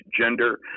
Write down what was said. gender